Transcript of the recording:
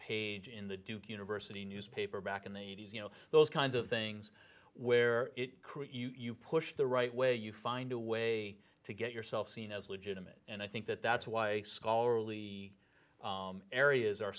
page in the duke university newspaper back in the eighty's you know those kinds of things where it create you push the right way you find a way to get yourself seen as legitimate and i think that that's why a scholarly areas are